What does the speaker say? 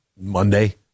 Monday